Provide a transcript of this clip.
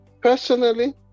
personally